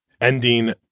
ending